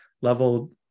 level